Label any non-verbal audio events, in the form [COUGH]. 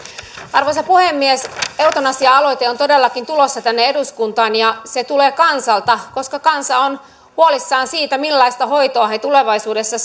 arvoisa puhemies eutanasia aloite on todellakin tulossa tänne eduskuntaan se tulee kansalta koska kansa on huolissaan siitä millaista hoitoa tulevaisuudessa [UNINTELLIGIBLE]